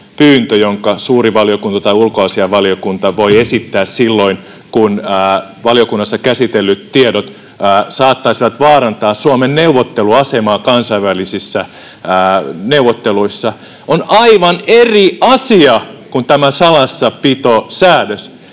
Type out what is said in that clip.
jonka suuri valiokunta tai ulkoasiainvaliokunta voi esittää silloin, kun valiokunnassa käsitellyt tiedot saattaisivat vaarantaa Suomen neuvotteluasemaa kansainvälisissä neuvotteluissa, on aivan eri asia kuin tämä salassapitosäädös.